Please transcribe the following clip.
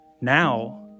now